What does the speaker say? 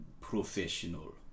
professional